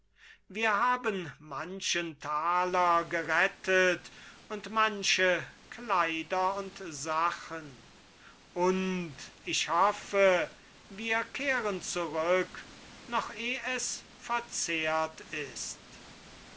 wir haben manchen taler gerettet und manche kleider und sachen und ich hoffe wir kehren zurück noch eh es verzehrt ist